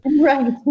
Right